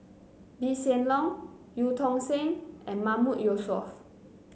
Lee Hsien Loong Eu Tong Sen and Mahmood Yusof